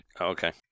okay